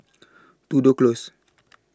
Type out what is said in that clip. Tudor Close